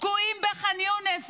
תקועים בחאן יונס,